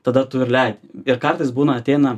tada tu ir leidi ir kartais būna ateina